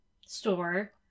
store